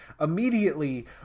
immediately